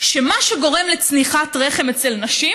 שמה שגורם לצניחת רחם אצל נשים